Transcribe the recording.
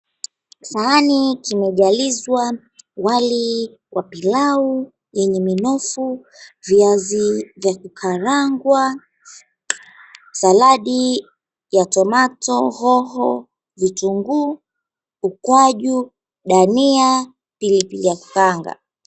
Sahani kimejalizwa wali wa pilau yenye minofu, viazi vya kukarangwa, saladi ya tomato , hoho, vitunguu, ukwaju, dania, pilipili ya kukaanga.